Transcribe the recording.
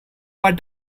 what